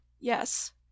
Yes